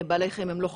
בעלי חיים הם לא חפץ.